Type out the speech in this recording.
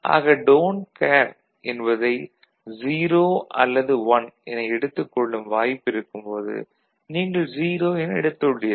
ஆக don't care என்பதை 0 அல்லது 1 என எடுத்துக் கொள்ளும் வாய்ப்பு இருக்கும் போது நீங்கள் 0 என எடுத்துள்ளீர்கள்